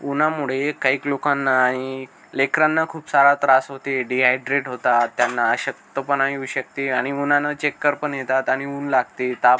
उन्हामुळे कैक लोकांनाही लेकरांना खूप सारा त्रास होते डिहायड्रेट होतात त्यांना अशक्तपणा येऊ शकते आणि मुलांना चक्कर पण येतात आणि ऊन लागते ताप